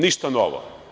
Ništa novo.